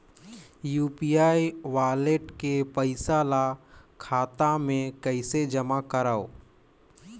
UPI wallet के पईसा ल खाता मे कइसे जमा करव?